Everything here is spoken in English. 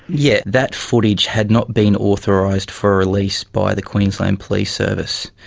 yes, that footage had not been authorised for release by the queensland police service.